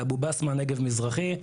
באבו-בסמה בנגב מזרחי,